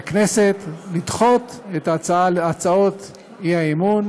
הממשלה מבקשת מן הכנסת לדחות את הצעות האי-אמון